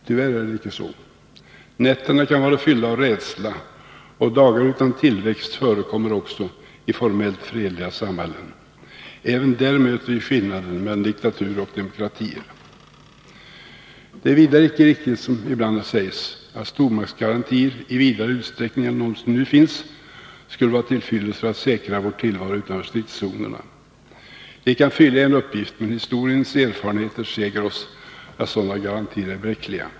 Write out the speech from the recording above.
Tyvärr är det inte så. Nätterna kan vara fyllda av rädsla, och dagar utan tillväxt förekommer också i formellt fredliga samhällen. Även där möter vi skillnaden mellan diktaturer och demokratier. Det är vidare inte riktigt som det ibland sägs att stormaktsgarantier i vidare utsträckning än de som nu finns skulle vara till fyllest för att säkra vår tillvaro utanför stridszonerna. De kan fylla en uppgift, men historiens erfarenheter säger oss att sådana garantier är bräckliga.